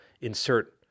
insert